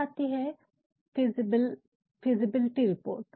फिर आती है फिज़िबलिटी रिपोर्ट